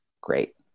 great